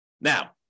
Now